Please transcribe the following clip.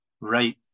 right